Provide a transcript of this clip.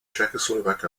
czechoslovak